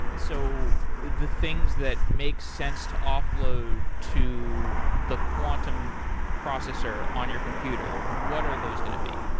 so the things that makes sense to offload to the quantum processor on your computer, what are those going to be?